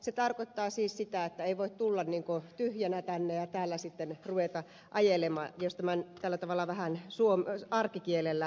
se tarkoittaa siis sitä että ei voi tulla tyhjänä tänne ja täällä sitten ruveta ajelemaan jos tämän tällä tavalla vähän arkikielellä määrittelee